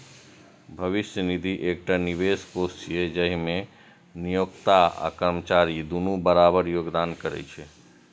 भविष्य निधि एकटा निवेश कोष छियै, जाहि मे नियोक्ता आ कर्मचारी दुनू बराबर योगदान करै छै